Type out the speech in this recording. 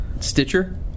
Stitcher